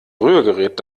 rührgerät